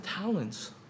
talents